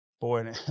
Boy